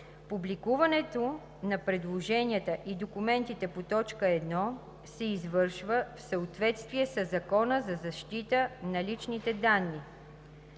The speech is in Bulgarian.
Публикуването на предложенията и документите по т. 1 се извършва в съответствие със Закона за защита на личните данни.